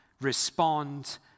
Respond